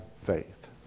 faith